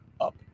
up